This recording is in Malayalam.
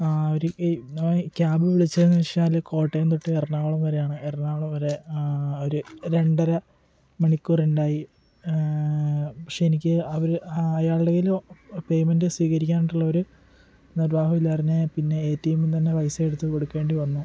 അവർ ഈ ക്യാബ് വിളിച്ചതെന്നു വച്ചാൽ കോട്ടയം തൊട്ട് എറണാകുളം വരെയാണ് എറണാകുളം വരെ ഒരു രണ്ടര മണിക്കൂറുണ്ടായി പക്ഷെ എനിക്ക് അവർ അയാളുടെ കയ്യിൽ പേയ്മെൻ്റ് സ്വീകരിക്കാനുള്ളൊരു നിർവ്വാഹമില്ലായിരുന്നത് പിന്നെ എ ടി എമ്മിൽ നിന്ന് തന്നെ പൈസ എടുത്ത് കൊടുക്കേണ്ടി വന്നു